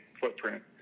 footprint